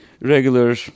regular